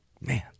Man